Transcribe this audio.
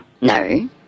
No